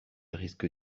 risque